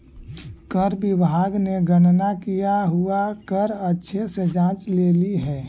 कर विभाग ने गणना किया हुआ कर अच्छे से जांच लेली हे